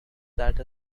that